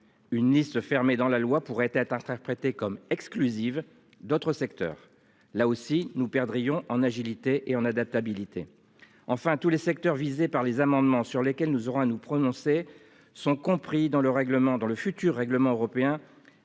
Une liste fermée dans la loi pourrait être interprété comme exclusive d'autres secteurs, là aussi nous perdrions en agilité et on adaptabilité enfin tous les secteurs visés par les amendements sur lesquels nous aurons à nous prononcer sont compris dans le règlement dans le